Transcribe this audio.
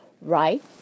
Right